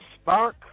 Spark